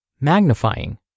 magnifying